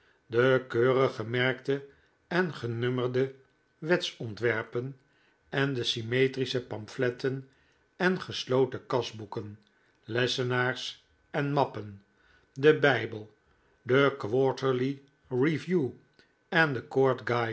de keurig gemerkte en genummerde wetsontwerpen en de symmetrische pamfletten en gesloten kasboeken lessenaars en mappen den bijbel de